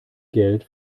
geld